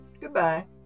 Goodbye